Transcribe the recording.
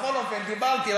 בכל אופן, דיברתי.